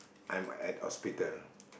I'm at hospital